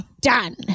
done